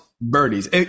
birdies